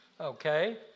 Okay